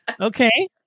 Okay